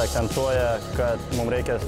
akcentuoja kad mum reikia